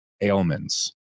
ailments